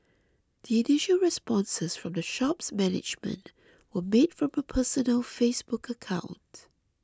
the initial responses from the shop's management were made from a personal Facebook account